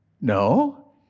No